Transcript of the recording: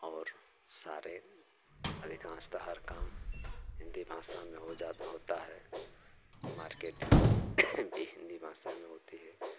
और सारे अधिकांशतः हर काम हिन्दी भाषा में हो जा होता है मार्केटिंग भी हिन्दी भाषा में होती है